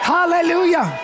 Hallelujah